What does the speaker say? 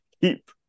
keep